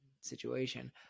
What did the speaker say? situation